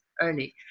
early